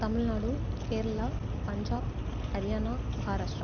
Tamil Nadu Kerala Punjab Haryana Maharashtra